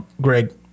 Greg